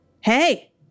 hey